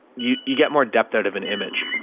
you, you get more depth out of an image.